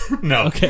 No